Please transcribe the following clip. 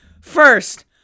First